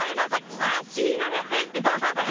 you know like last year at vidcon.